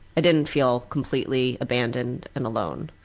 i didn't feel completely abandoned and alone.